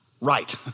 right